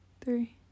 three